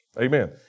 Amen